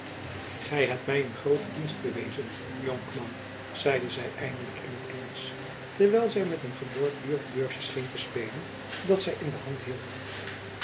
gy hebt my een groote dienst bewezen jonkman zeide zy eindelijk in t engelsch terwijl zy met een geborduurd beursjen scheen te spelen dat zy in de hand hield